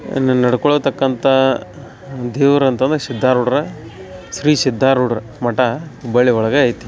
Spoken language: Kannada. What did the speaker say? ಇನ್ನು ನಡ್ಕೊಳ್ಳ ತಕ್ಕಂಥ ದೇವ್ರು ಅಂತಂದ್ರ್ ಸಿದ್ಧಾರೂಢ್ರ ಶ್ರೀ ಸಿದ್ಧಾರೂಢ್ರ ಮಠ ಹುಬ್ಬಳ್ಳಿ ಒಳಗೆ ಐತಿ